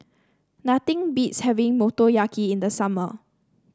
nothing beats having Motoyaki in the summer